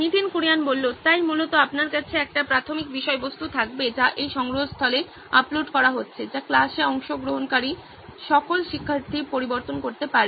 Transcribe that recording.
নীতিন কুরিয়ান তাই মূলত আপনার কাছে একটি প্রাথমিক বিষয়বস্তু থাকবে যা এই সংগ্রহস্থলে আপলোড করা হচ্ছে যা ক্লাসে অংশগ্রহণকারী সকল শিক্ষার্থী পরিবর্তন করতে পারে